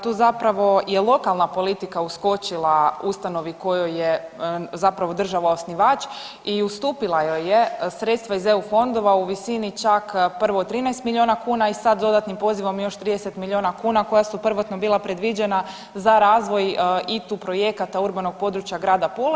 Tu zapravo je lokalna politika je uskočila ustanovi kojoj je zapravo država osnivač i ustupila joj je sredstva iz EU fondova u visini čak prvo 13 milijuna kuna i sada dodatnim pozivom još 30 milijuna kuna koja su prvotno bila predviđena za razvoj ITU projekata urbanog područja Grada Pule.